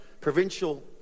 provincial